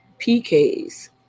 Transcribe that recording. PKs